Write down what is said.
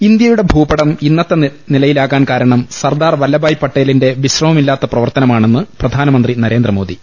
M ഇന്ത്യയുടെ ഭൂപടം ഇന്നത്തെ തരത്തിലാകാൻ കാരണം സർദാർ വല്ലഭായ് പട്ടേലിന്റെ വിശ്രമമില്ലാത്ത പ്രവർത്തനമാ ണെന്ന് പ്രധാനമന്ത്രി നരേന്ദ്രമോദി